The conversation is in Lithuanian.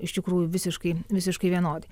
iš tikrųjų visiškai visiškai vienodi